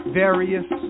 various